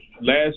Last